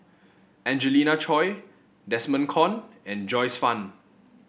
Angelina Choy Desmond Kon and Joyce Fan